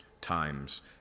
times